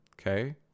Okay